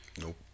Nope